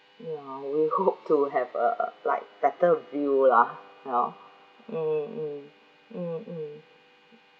ya we hope to have a like better view lah hor mm mm mm mm